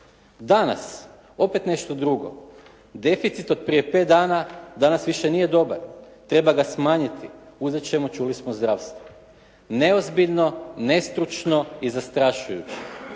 Danas opet nešto drugo. Deficit od prije 5 dana, danas više nije dobar, treba ga smanjiti, uzet ćemo čuli smo zdravstvo. Neozbiljno, nestručno i zastrašujuće.